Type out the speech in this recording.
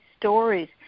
stories